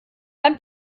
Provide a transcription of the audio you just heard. beim